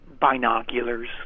Binoculars